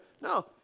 No